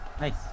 nice